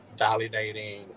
validating